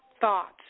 thoughts